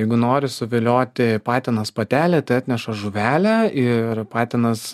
jeigu nori suvilioti patinas patelę tai atneša žuvelę ir patinas